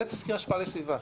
זה תזכיר השפעה על הסביבה.